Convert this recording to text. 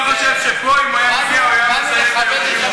אתה חושב שפה, אם הוא היה מגיע, הוא היה מזהה,